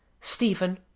Stephen